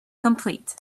complete